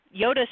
yoda